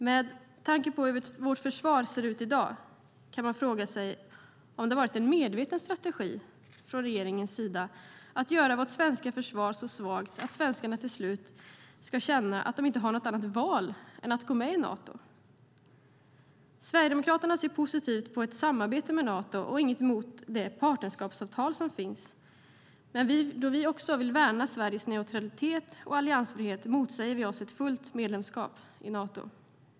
Med tanke på hur vårt försvar ser ut i dag kan man fråga sig om det har varit en medveten strategi från regeringens sida att göra vårt svenska försvar så svagt att svenskarna till slut ska känna att det inte finns något annat val än att gå med i Nato. Sverigedemokraterna ser positivt på ett samarbete med Nato och har inget emot det partnerskapsavtal som finns. Men då vi vill värna Sveriges neutralitet och alliansfrihet motsäger vi oss ett fullt medlemskap i Nato.